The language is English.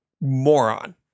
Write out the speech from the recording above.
moron